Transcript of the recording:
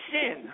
sin